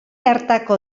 hartako